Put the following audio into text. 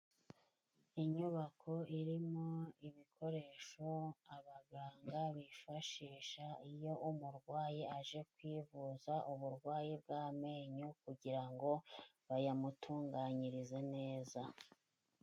Inyubako irimo ibikoresho abaganga bifashisha, iyo umurwayi aje kwivuza uburwayi bw'amenyo, kugira ngo bayamutunganyirize neza.